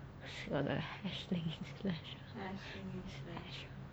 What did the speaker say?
still got the hash slinging slasher